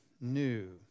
new